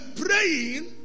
praying